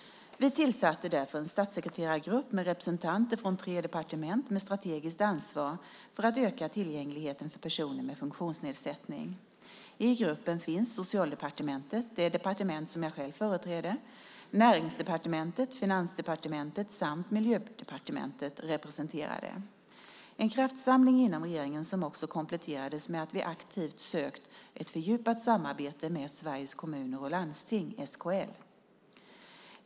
Vi tillsatte därför en statssekreterargrupp med representanter från tre departement med strategiskt ansvar för att öka tillgängligheten för personer med funktionsnedsättning. I gruppen finns Socialdepartementet - det departement jag själv företräder - Näringsdepartementet, Finansdepartementet och Miljödepartementet representerade. Det är en kraftsamling inom regeringen som också kompletterats med att vi aktivt sökt ett fördjupat samarbete med Sveriges Kommuner och Landsting, SKL.